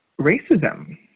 racism